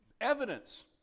evidence